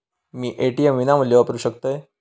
मी ATM विनामूल्य वापरू शकतय?